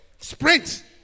Sprint